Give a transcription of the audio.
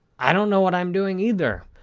i don't know what i'm doing either.